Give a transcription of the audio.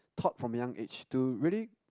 taught from young age to really